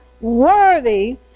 worthy